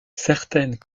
certaines